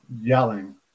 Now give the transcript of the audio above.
yelling